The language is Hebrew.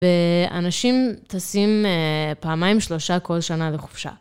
ואנשים טסים פעמיים שלושה כל שנה לחופשה.